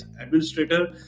administrator